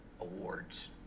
awards